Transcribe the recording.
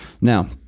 Now